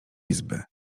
izby